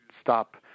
stop